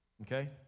Okay